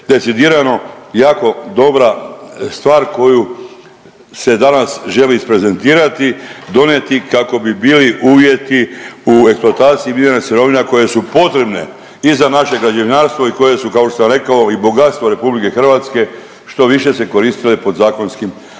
decidirano jako dobra stvar koju se danas želi isprezentirati i donijeti kako bi bili uvjeti u eksploataciji mineralnih sirovina koje su potrebne i za naše građevinarstvo i koje su kao što sam i rekao i bogatstvo RH što više se koristile pod zakonskim pravilima